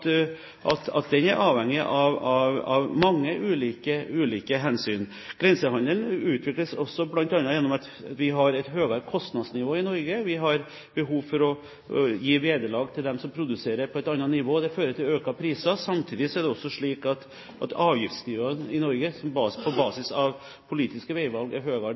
vi har et høyere kostnadsnivå i Norge. Vi har behov for å gi vederlag til dem som produserer på et annet nivå. Det fører til økte priser. Samtidig er det også slik at avgiftsnivået i Norge på basis av politiske veivalg er